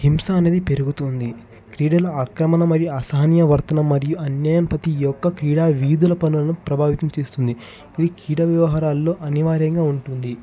హింస అనేది పెరుగుతుంది క్రీడల అక్రమణం మరియు అసహన్యవర్తన మరియు అన్యాయం పతి యొక్క క్రీడా వీధుల పనులను ప్రభావితం చేస్తుంది ఇది కీడ వ్యవహారాల్లో అనివార్యంగా ఉంటుంది